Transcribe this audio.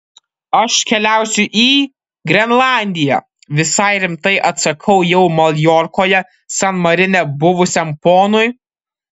aš keliausiu į grenlandiją visai rimtai atsakau jau maljorkoje san marine buvusiam ponui